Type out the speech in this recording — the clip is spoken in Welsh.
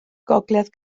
gogledd